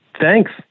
Thanks